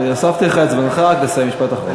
הוספתי לך את זמנך, רק תסיים עם משפט אחרון.